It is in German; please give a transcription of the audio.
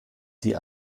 die